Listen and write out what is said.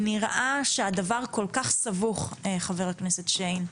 נראה שהדבר כל כך סבוך, חבר הכנסת שיין,